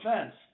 offense